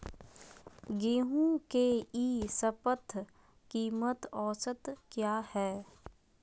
गेंहू के ई शपथ कीमत औसत क्या है?